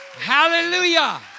Hallelujah